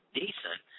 decent